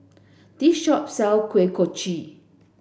this shop sell Kuih Kochi